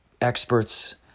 experts